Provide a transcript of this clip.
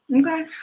Okay